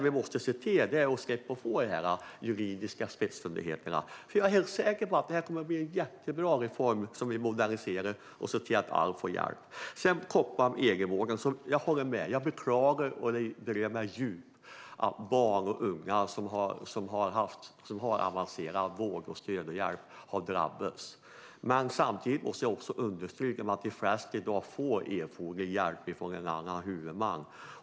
Vi måste se längre än till de juridiska spetsfundigheterna, för jag är helt säker på att det kommer att bli en jättebra reform där vi moderniserar systemet och ser till att alla får hjälp. Sedan har vi detta med egenvården. Jag håller med. Jag beklagar, och det berör mig djupt, att barn och unga som har behov av avancerad vård, stöd och hjälp har drabbats. Men samtidigt måste jag också understryka att de flesta i dag får erforderlig hjälp från en annan huvudman.